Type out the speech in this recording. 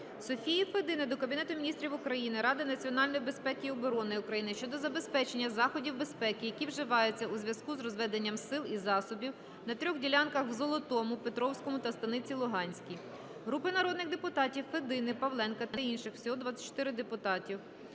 Софії Федини до Кабінету Міністрів України, Ради національної безпеки і оборони України щодо забезпечення заходів безпеки, які вживаються у зв'язку з розведенням сил і засобів на трьох ділянках: в Золотому, Петровському та Станиці Луганській. Групи народних депутатів (Федини, Павленка та інших. Всього 24 депутатів)